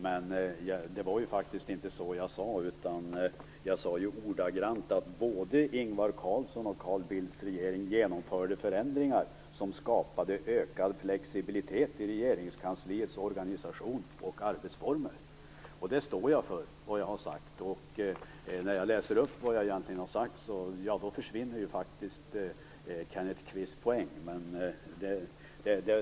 Men det var ju faktiskt inte så jag sade, utan jag sade ju ordagrant att både Ingvar Carlssons och Carl Bildts regeringar genomförde förändringar som skapade ökad flexibilitet i regeringskansliets organisation och arbetsformer. Det står jag för. När jag läser upp vad jag egentligen har sagt, försvinner ju faktiskt Kenneth Kvists poäng.